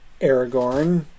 Aragorn